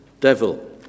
devil